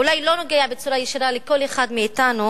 לכל אחד מאתנו,